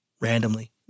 randomly